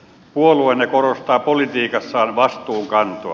puolueenne korostaa politiikassaan vastuunkantoa